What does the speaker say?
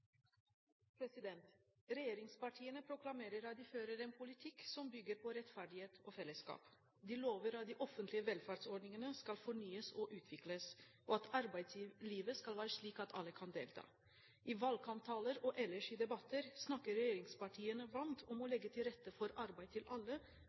Regjeringspartiene proklamerer at de fører en politikk som bygger på rettferdighet og fellesskap. De lover at de offentlige velferdsordningene skal fornyes og utvikles, og at arbeidslivet skal være slik at alle kan delta. I valgkamptaler og ellers i debatter snakker regjeringspartiene varmt om å